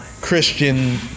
Christian